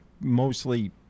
mostly –